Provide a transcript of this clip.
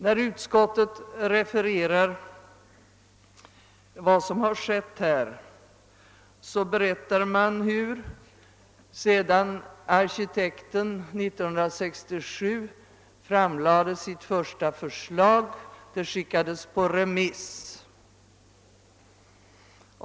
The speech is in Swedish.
När man där refererar vad som har skett berättar man hur arkitektens första förslag, som framlades 1967, sedan skickades på remiss.